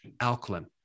alkaline